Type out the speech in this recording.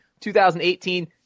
2018